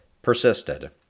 Persisted